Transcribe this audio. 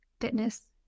fitness